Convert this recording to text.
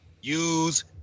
use